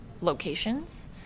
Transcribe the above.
locations